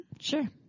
Sure